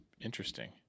interesting